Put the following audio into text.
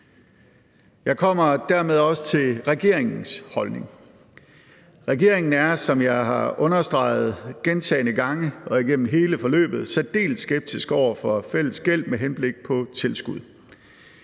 Jeg kommer dermed også til regeringens holdning. Regeringen er, som jeg har understreget gentagne gange og igennem hele forløbet, særdeles skeptisk over for fælles gæld med henblik på tilskud.